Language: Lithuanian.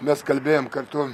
mes kalbėjom kartu